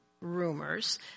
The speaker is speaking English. rumors